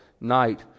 night